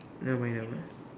never mind never mind